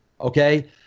okay